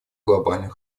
глобальный